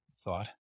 thought